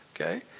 okay